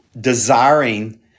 desiring